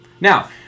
now